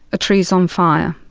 a tree is on fire.